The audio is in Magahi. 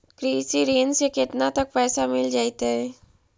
कृषि ऋण से केतना तक पैसा मिल जइतै?